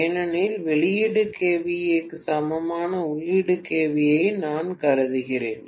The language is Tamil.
ஏனெனில் வெளியீடு kVA க்கு சமமான உள்ளீட்டு kVA ஐ நான் கருதுகிறேன்